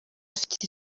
afite